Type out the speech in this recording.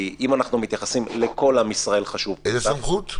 אם אנחנו מתייחסים לכל עם ישראל --- איזה סמכות?